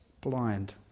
blind